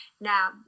Now